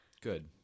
good